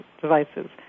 devices